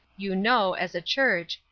you know, as a church,